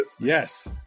Yes